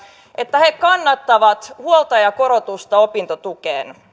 että he kannattavat huoltajakorotusta opintotukeen